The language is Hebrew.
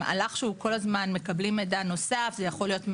ראשית, אני